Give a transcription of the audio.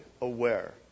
aware